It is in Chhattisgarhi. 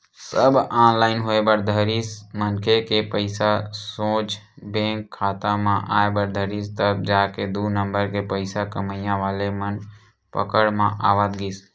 सब ऑनलाईन होय बर धरिस मनखे के पइसा सोझ बेंक खाता म आय बर धरिस तब जाके दू नंबर के पइसा कमइया वाले मन पकड़ म आवत गिस